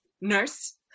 nurse